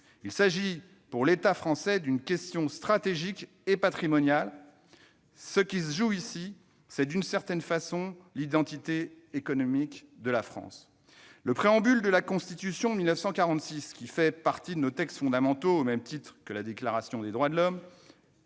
Il s'agit pour l'État français d'une question stratégique et patrimoniale. D'une certaine manière, ce qui se joue ici, c'est l'identité économique de la France. Le préambule de la Constitution de 1946, qui fait partie de nos textes fondamentaux au même titre que la Déclaration des droits de l'homme